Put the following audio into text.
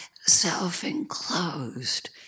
self-enclosed